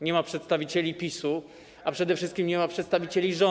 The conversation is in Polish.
Nie ma przedstawicieli PiS-u, a przede wszystkim nie ma przedstawicieli rządu.